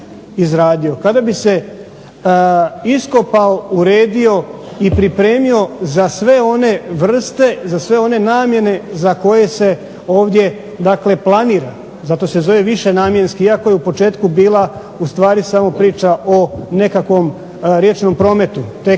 kada bi se iskopao, uredio i pripremio za sve one vrste, za sve one namjene za koje se dakle ovdje planira. Zato se zove višenamjenski, iako je u početku bila u stvari samo priča o nekakvom riječnom prometu. Tek